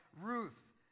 Ruth